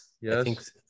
Yes